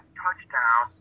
touchdown